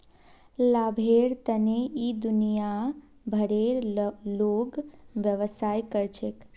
लाभेर तने इ दुनिया भरेर लोग व्यवसाय कर छेक